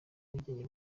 ubwigenge